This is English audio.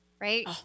right